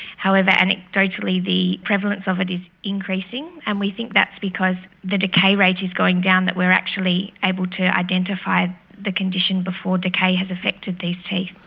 however, anecdotally the prevalence of it is increasing, and we think that's because the decay rate is going down, that we are actually able to identify the condition before decay has affected these teeth.